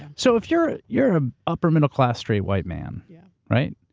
so if you're you're a upper middle class straight white man, yeah right?